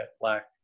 Black